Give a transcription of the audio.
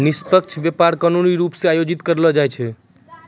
निष्पक्ष व्यापार कानूनी रूप से आयोजित करलो जाय छै